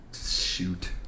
shoot